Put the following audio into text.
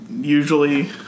usually